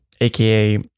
aka